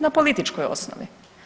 Na političkoj osnovi.